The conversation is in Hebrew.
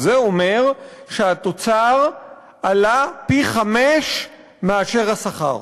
זה אומר שהתוצר עלה פי-חמישה מאשר השכר.